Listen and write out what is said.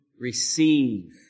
receive